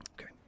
Okay